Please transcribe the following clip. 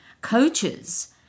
coaches